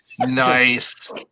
Nice